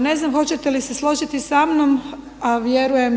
Ne znam hoćete li se složiti sa mnom a vjerujem